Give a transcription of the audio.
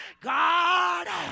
God